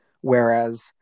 Whereas